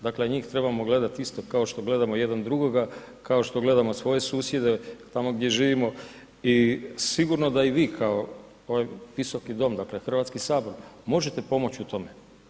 Dakle, njih trebamo gledat isto kao što gledamo jedan drugoga, kao što gledamo svoje susjede tamo gdje živimo i sigurno da i vi kao ovaj visoki dom, dakle Hrvatski sabor možete pomoći u tome.